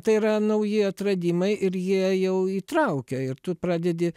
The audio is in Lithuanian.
tai yra nauji atradimai ir jie jau įtraukia ir tu pradedi